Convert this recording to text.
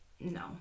no